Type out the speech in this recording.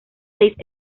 seis